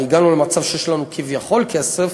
הגענו למצב שיש לנו כביכול כסף,